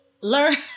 Learn